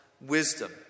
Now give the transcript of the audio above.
wisdom